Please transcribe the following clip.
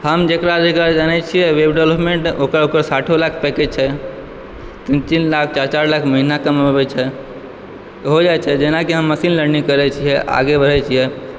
हम जेकरा जेकरा जानै छियै वेव देवलपमेंट ओकर ओकर साठियो लाख पैकेज छै तीन तीन लाख चार चार लाख महिना कमबै छै हो जाइ छै जेना कि हम मशीन लर्निंग करै छियै आगे बढ़ै छियै